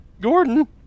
Gordon